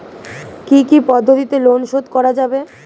কি কি পদ্ধতিতে লোন শোধ করা যাবে?